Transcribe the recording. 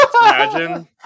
imagine